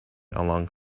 along